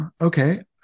Okay